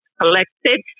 collected